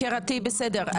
יקירתי בסדר,